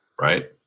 Right